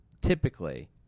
typically